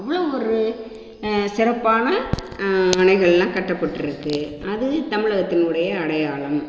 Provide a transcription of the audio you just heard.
அவ்வளோ ஒரு சிறப்பான அணைகள்லாம் கட்டப்பட்டிருக்கு அது தமிழகத்தினுடய அடையாளம்